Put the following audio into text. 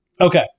Okay